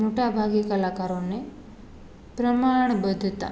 મોટા ભાગે કલાકારોને પ્રમાણબદ્ધતા